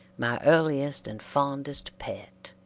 my earliest and fondest pet.